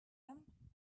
him